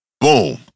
boom